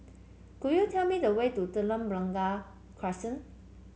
could you tell me the way to Telok Blangah Crescent